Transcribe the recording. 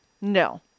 No